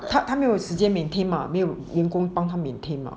她她没有时间 maintain 吗没有员工帮她 maintain 吗